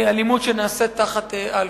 אלימות שנעשית תחת אלכוהול.